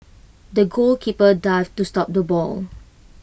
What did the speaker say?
the goalkeeper dived to stop the ball